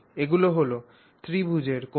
এগুলো হল ত্রিভুজের কোণ